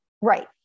Right